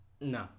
No